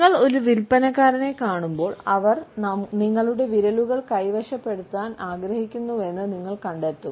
നിങ്ങൾ ഒരു വിൽപ്പനക്കാരനെ കാണുമ്പോൾ അവർ നിങ്ങളുടെ വിരലുകൾ കൈവശപ്പെടുത്താൻ ആഗ്രഹിക്കുന്നുവെന്ന് നിങ്ങൾ കണ്ടെത്തും